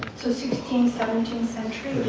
so sixteenth, seventeenth century.